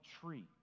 tree